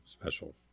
special